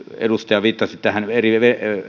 edustaja viittasi eri